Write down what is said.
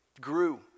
grew